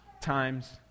times